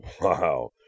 Wow